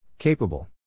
Capable